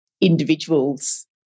individuals